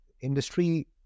industry